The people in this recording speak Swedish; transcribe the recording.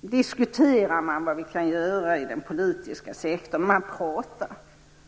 diskuterar vad vi kan göra inom den politiska sektorn, man pratar.